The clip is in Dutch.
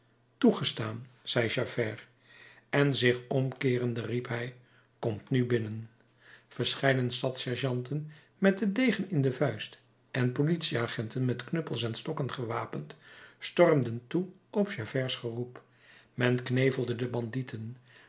toegestaan zei javert en zich omkeerende riep hij komt nu binnen verscheiden stadssergeanten met den degen in de vuist en politieagenten met knuppels en stokken gewapend stormden toe op javerts geroep men knevelde de bandieten